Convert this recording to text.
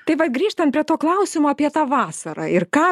tai va grįžtant prie to klausimo apie tą vasarą ir ką